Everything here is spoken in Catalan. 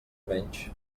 menys